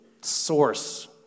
source